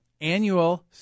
annual